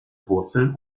wurzel